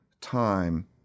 time